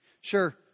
Sure